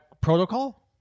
Protocol